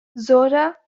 zora